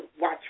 watch